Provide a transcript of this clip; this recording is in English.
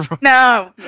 No